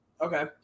Okay